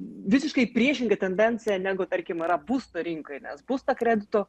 visiškai priešinga tendencija negu tarkim yra būsto rinkoj nes būsto kreditų